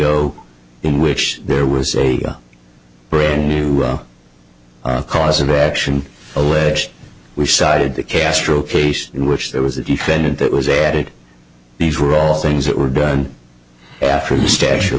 o in which there was a brand new cause of action alleged we cited the castro case in which there was a defendant that was added these were all things that were done after the statute of